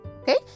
Okay